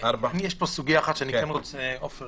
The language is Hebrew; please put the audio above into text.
יש פה סוגיה שאני כן רוצה